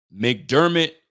McDermott